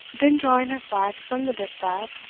then drawing her flax from the distaff,